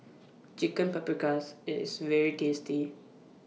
Chicken Paprikas IT IS very tasty